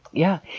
yeah,